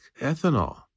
ethanol